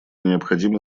необходимы